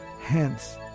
Hence